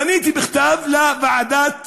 פניתי בכתב אל ועדת